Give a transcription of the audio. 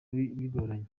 bigoranye